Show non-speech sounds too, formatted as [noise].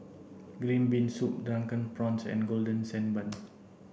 green bean soup drunken prawns and golden sand bun [noise]